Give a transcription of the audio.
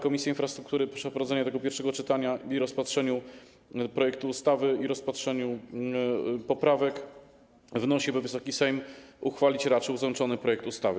Komisja Infrastruktury po przeprowadzeniu tego pierwszego czytania i rozpatrzeniu projektu ustawy oraz rozpatrzeniu poprawek wnosi, by Wysoki Sejm uchwalić raczył załączony projekt ustawy.